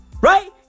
right